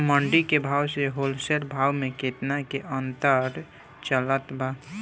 मंडी के भाव से होलसेल भाव मे केतना के अंतर चलत बा?